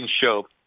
show